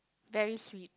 very sweet